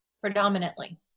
predominantly